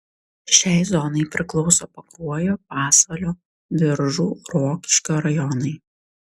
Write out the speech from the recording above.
šiai zonai priklauso pakruojo pasvalio biržų rokiškio rajonai